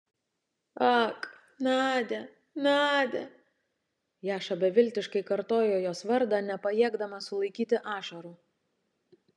ak nadia nadia jaša beviltiškai kartojo jos vardą nepajėgdamas sulaikyti ašarų